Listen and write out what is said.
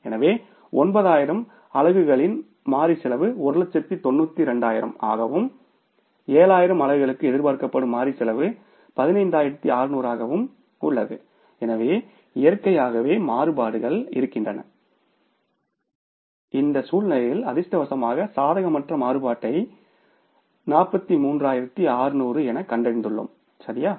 எனவே 9000 அலகுகளின் மாறி செலவு 196200 ஆகவும் 7000 அலகுகளுக்கு எதிர்பார்க்கப்படும் மாறி செலவு 15600 ஆகவும் உள்ளது எனவே இயற்கையாகவே மாறுபாடுகள் இருக்க வேண்டும் இந்த சூழ்நிலையில் அதிர்ஷ்டவசமாக சாதகமான மாறுபாட்டை 43600 என்று கண்டறிந்துள்ளோம் சரியா